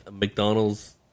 McDonald's